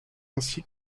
ainsi